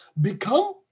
become